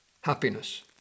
Happiness